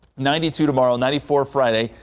ninety two tomorrow, ninety four friday,